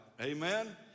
Amen